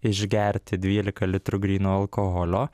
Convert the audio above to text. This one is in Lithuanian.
išgerti dvylika litrų gryno alkoholio